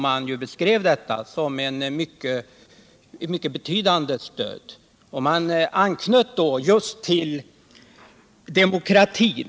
Man talade då om ett mycket betydande stöd och anknöt just till demokratin.